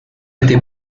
été